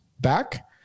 back